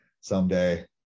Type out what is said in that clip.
someday